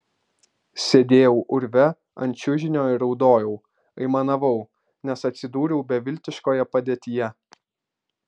sėdėjau urve ant čiužinio ir raudojau aimanavau nes atsidūriau beviltiškoje padėtyje